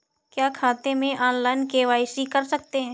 क्या खाते में ऑनलाइन के.वाई.सी कर सकते हैं?